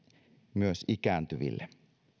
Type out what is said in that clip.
myös ikääntyville